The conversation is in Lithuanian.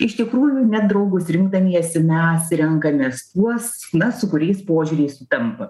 iš tikrųjų nedraugus rinkdamiesi mes renkamės tuos na su kuriais požiūriai sutampa